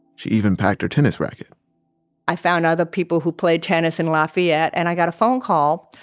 she'd even packed her tennis racket i found other people who play tennis in lafayette, and i got a phone call.